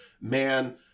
man